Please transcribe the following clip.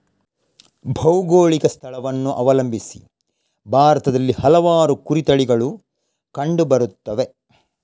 ಭೌಗೋಳಿಕ ಸ್ಥಳವನ್ನು ಅವಲಂಬಿಸಿ ಭಾರತದಲ್ಲಿ ಹಲವಾರು ಕುರಿ ತಳಿಗಳು ಕಂಡು ಬರುತ್ತವೆ